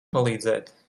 palīdzēt